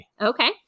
Okay